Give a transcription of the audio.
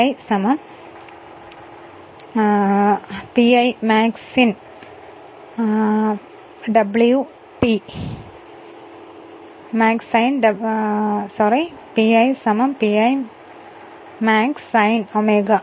pi pi maxsine w T എന്ന് അനുമാനിക്കുക